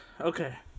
Okay